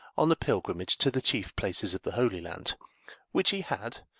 on a pilgrimage to the chief places of the holy land which he had,